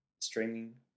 streaming